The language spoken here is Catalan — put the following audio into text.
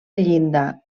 llinda